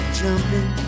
jumping